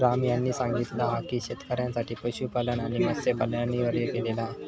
राम यांनी सांगितला हा की शेतकऱ्यांसाठी पशुपालन आणि मत्स्यपालन अनिवार्य केलेला हा